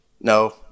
No